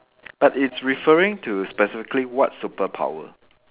but it's referring to specifically what superpower